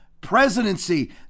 presidency